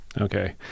Okay